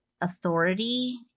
authority